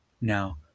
Now